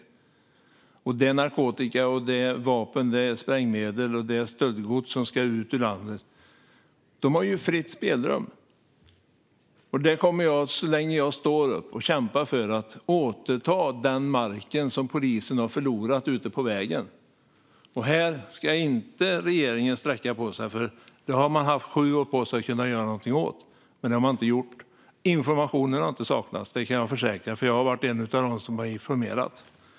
Det handlar om narkotika, vapen och sprängmedel och om stöldgods som ska ut ur landet. De har ju fritt spelrum. Så länge jag står upp kommer jag att kämpa för att den mark som polisen har förlorat ute på vägen ska återtas. Här ska regeringen inte sträcka på sig. Man har haft sju år på sig för att göra något åt detta, men det har man inte gjort. Information har inte saknats. Det kan jag försäkra, för jag har varit en av dem som har informerat.